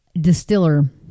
distiller